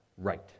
right